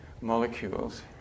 molecules